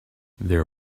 there